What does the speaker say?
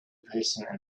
person